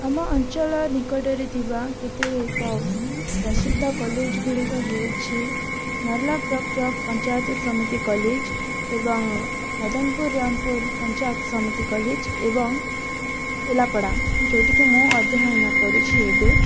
ଆମ ଅଞ୍ଚଳ ନିକଟରେ ଥିବା କେତେକ ପ୍ରସିଦ୍ଧ କଲେଜ ଗୁଡ଼ିକ ହେଉଛି ନର୍ଲାପ୍ରକ୍ପର ପଞ୍ଚାୟତ ସମିତି କଲେଜ ଏବଂ ମଦନପୁର ରାମପୁର ପଞ୍ଚାୟତ ସମିତି କଲେଜ ଏବଂ ତେଲାପଡ଼ା ଯେଉଁଠିକି ମୁଁ ଅଧ୍ୟୟନ କରୁଛି ଏବେ